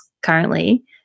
currently